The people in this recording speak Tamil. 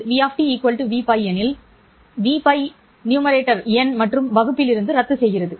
v Vπ எனில் Vπ எண் மற்றும் வகுப்பிலிருந்து ரத்துசெய்கிறது